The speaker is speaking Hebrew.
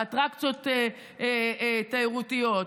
אטרקציות תיירותיות,